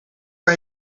aan